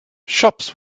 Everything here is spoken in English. shops